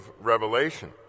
Revelation